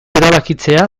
erabakitzea